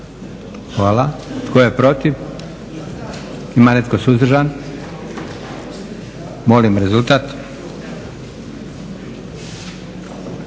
Hvala. Tko je protiv? Ima netko suzdržan? Molim rezultat.